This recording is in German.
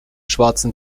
schwarzen